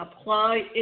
apply